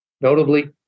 Notably